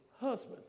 husband